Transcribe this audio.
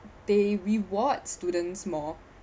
they reward students more